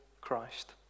Christ